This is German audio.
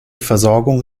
versorgung